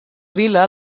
vila